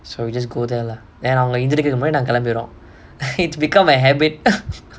so we just go there lah then அவங்க எந்திரிக்கிறது முன்னாடி நாங்க கிளம்பிறோம்:avanga enthirikkarathu munnaadi naanga kilambirom it's become a habit